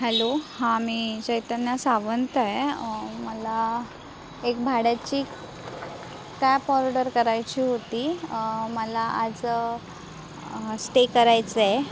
hello हां मी चैतन्या सावंत आहे मला एक भाड्याची कॅब ऑर्डर करायची होती मला आज स्टे करायचा आहे